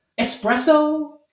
espresso